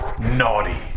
naughty